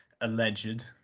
alleged